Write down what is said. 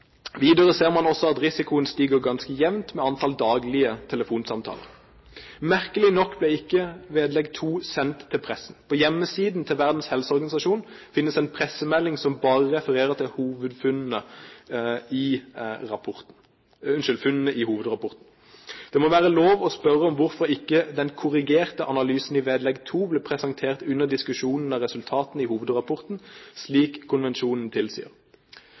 Videre ser man også at risikoen stiger ganske jevnt med antall daglige telefonsamtaler. Merkelig nok ble ikke vedlegg 2 sendt til pressen. På hjemmesiden til Verdens helseorganisasjon finnes en pressemelding som bare refererer til funnene i hovedrapporten. Det må være lov å spørre om hvorfor ikke den korrigerte analysen i vedlegg 2 ble presentert under diskusjonen av resultatene i hovedrapporten, slik konvensjonen tilsier.